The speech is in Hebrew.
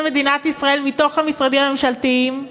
מדינת ישראל מתוך המשרדים הממשלתיים,